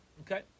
Okay